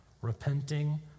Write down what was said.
repenting